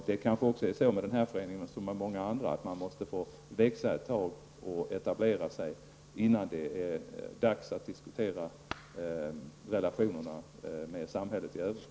Det kanske är så med den här föreningen som med många andra, att man måste få växa ett tag och etablera sig, innan det är dags att diskutera relationerna med samhället i övrigt.